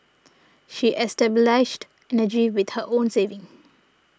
she established energy with her own savings